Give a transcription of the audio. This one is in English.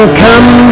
come